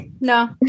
no